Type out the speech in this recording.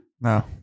No